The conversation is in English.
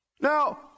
Now